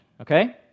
okay